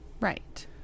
Right